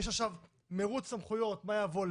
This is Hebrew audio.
יש עכשיו מרוץ סמכויות מה יבוא למה,